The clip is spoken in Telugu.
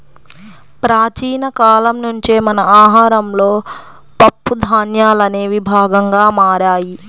ప్రాచీన కాలం నుంచే మన ఆహారంలో పప్పు ధాన్యాలనేవి భాగంగా మారాయి